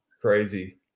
Crazy